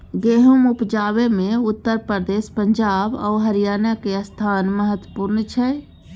गहुम उपजाबै मे उत्तर प्रदेश, पंजाब आ हरियाणा के स्थान महत्वपूर्ण छइ